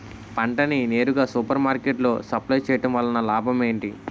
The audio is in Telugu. పంట ని నేరుగా సూపర్ మార్కెట్ లో సప్లై చేయటం వలన లాభం ఏంటి?